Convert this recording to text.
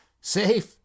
safe